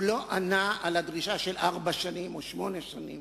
הוא לא עמד בדרישה של ארבע או שמונה שנים,